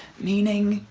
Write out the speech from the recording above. meaning,